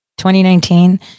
2019